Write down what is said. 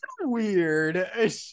weird